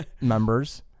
members